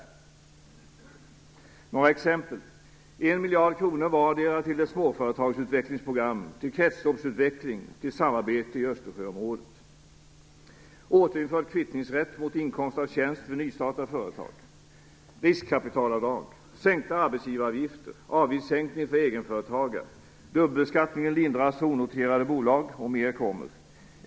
Jag skall ta några exempel. 1 miljard kronor vardera till småföretagsutvecklingsprogram, till kretsloppsutveckling och till samarbetet i Östersjöområdet. Återinförd kvittningsrätt för inkomst av tjänst vid nystart av företag, riskkapitalavdrag, sänkta arbetsgivaravgifter, avgiftssänkningar för egenföretagare. Dubbelbeskattningen lindras i onoterade bolag, och mer är på väg.